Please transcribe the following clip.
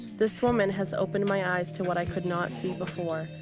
this woman has opened my eyes to what i could not see before.